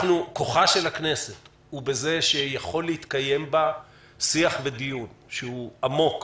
כוחה של הכנסת הוא בזה שיכול להתקיים בה שיח ודיון עמוק,